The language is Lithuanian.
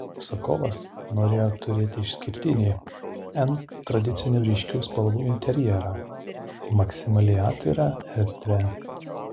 užsakovas norėjo turėti išskirtinį n tradicinių ryškių spalvų interjerą maksimaliai atvirą erdvę